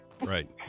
Right